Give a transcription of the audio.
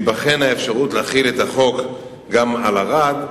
תיבחן האפשרות להחיל את החוק גם על ערד,